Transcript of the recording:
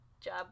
job